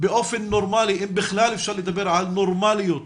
באופן נורמלי, אם בכלל אפשר לדבר על נורמליות